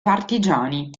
partigiani